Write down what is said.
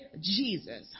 Jesus